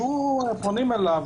שפונים אליו,